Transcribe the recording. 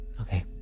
Okay